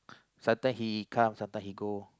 sometime he come sometime he go